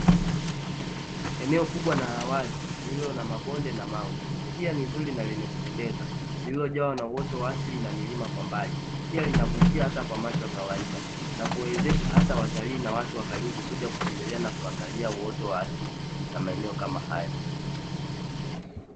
Eneo kubwa la wazi lililo na mabonde na mawe, pia ni zuri la lenye kupendeza liliojawa na uoto wa asilia na milima kwa mbali. Pia linavutia kwa macho ya kawaida na kuwezesha hata watalii na watu wa karibu kuja kutembelea na kuona hali ya uoto wa asili na maeneo kama haya.